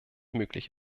möglich